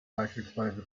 beispielsweise